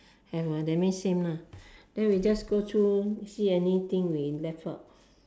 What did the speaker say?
have ah that means same lah then we just go through see anything we left out